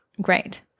Great